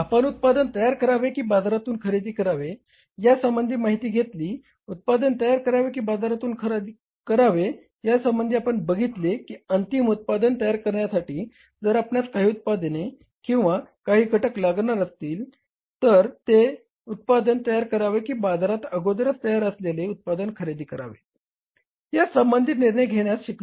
आपण उत्पादन तयार करावे की बाजारातून खरेदी करावे या संबंधी माहिती बघितली उत्पादन तयार करावे की बाजारातून खरेदी करावे या संबंधी आपण बघितले की अंतिम उत्पादन तयार करण्यासाठी जर आपणास काही उत्पादन किंवा काही घटक लागणार असतील तर ते उत्पादन तयार करावे की बाजारात अगोदरच तयार असलेले उत्पादन खरेदी करावे या संबंधी निर्णय घेण्यास शिकलो